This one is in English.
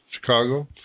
Chicago